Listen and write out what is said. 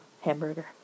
hamburger